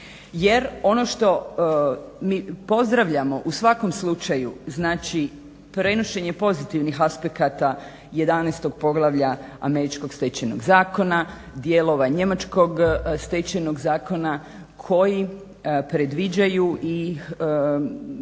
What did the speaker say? Jer ono što mi pozdravljamo u svakom slučaju, znači prenošenje pozitivnih aspekata 11. poglavlja američkog stečajnog zakona, dijelova njemačkog stečajnog zakona koji predviđaju i